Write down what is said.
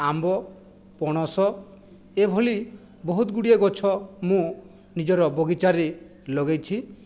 ଆମ୍ବ ପଣସ ଏଭଳି ବହୁତ ଗୁଡ଼ିଏ ଗଛ ମୁଁ ନିଜର ବଗିଚାରେ ଲଗାଇଛି